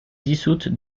dissoute